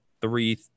three